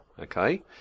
Okay